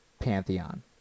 pantheon